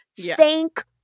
Thank